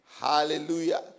Hallelujah